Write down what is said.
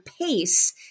pace